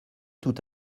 tout